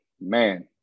man